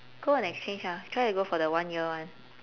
go on exchange ah try to go for the one year [one]